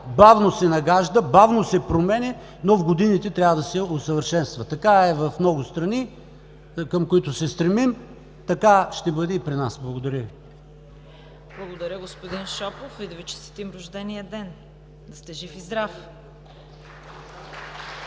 бавно се нагажда, бавно се променя, но в годините трябва да се усъвършенства. Така е в много страни, към които се стремим, така ще бъде и при нас. Благодаря Ви. ПРЕДСЕДАТЕЛ ЦВЕТА КАРАЯНЧЕВА: Благодаря, господин Шопов и да Ви честитим рождения ден. Да сте жив и здрав!